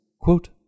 quote